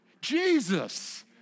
Jesus